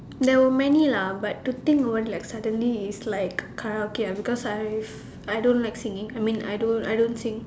there were many lah but to think about it like suddenly it's like Karaoke ah because I I don't like singing I mean I don't I don't sing